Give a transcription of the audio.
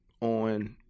on